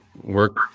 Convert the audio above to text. work